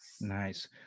Nice